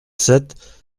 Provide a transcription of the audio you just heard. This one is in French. sept